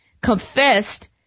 confessed